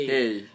Hey